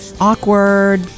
awkward